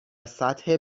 سطح